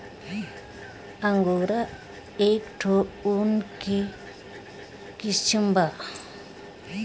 angora एक ठो ऊन के किसिम बा